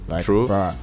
True